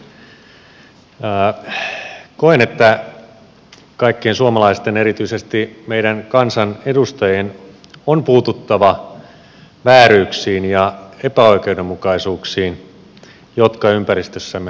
koen että kaikkien suomalaisten erityisesti meidän kansanedustajien on puututtava vääryyksiin ja epäoikeudenmukaisuuksiin jotka ympäristössämme havaitsemme